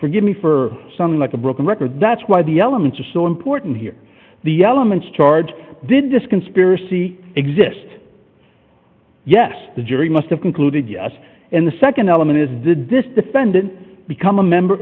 forgive me for something like a broken record that's why the elements are so important here the elements charge did this conspiracy exist yes the jury must have concluded yes and the nd element is did this defendant become a member